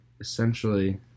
essentially